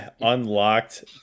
unlocked